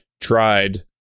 tried